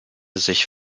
sich